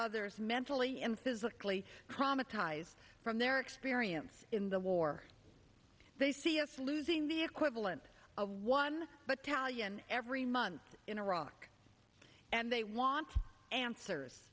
others mentally and physically traumatized from their experience in the war they see us losing the equivalent of one but kalyan every month in iraq and they want answers